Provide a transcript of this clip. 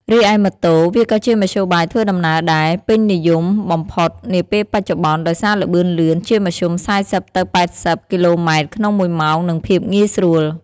រីឯម៉ូតូ វាក៏ជាមធ្យោបាយធ្វើដំណើរដែល ពេញនិយមបំផុតនាពេលបច្ចុប្បន្ន ដោយសារល្បឿនលឿន ជាមធ្យម ៤០ ទៅ ៨០ គីឡូម៉ែត្រក្នុងមួយម៉ោងនិងភាពងាយស្រួល ។